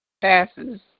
passes